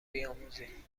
بیاموزید